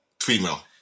female